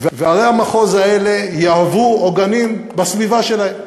וערי המחוז האלה יהיו עוגנים בסביבה שלהן.